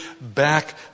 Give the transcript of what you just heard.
back